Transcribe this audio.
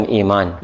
iman